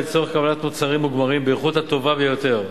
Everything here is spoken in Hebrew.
וכן לצורך קבלת תוצרים מוגמרים באיכות הטובה ביותר,